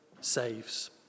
saves